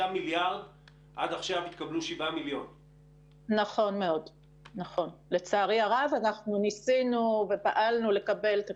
וב-6 באוגוסט 2018 המל"ל כינס דיון בין-ארגוני שעסק בבחינת הדוח.